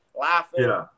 laughing